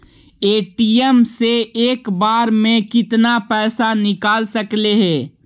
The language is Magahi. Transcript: ए.टी.एम से एक बार मे केतना पैसा निकल सकले हे?